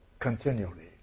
continually